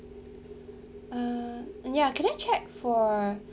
uh ya can I check for